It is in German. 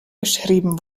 geschrieben